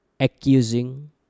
Accusing